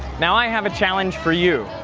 now i have a challenge for you.